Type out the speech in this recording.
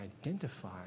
identify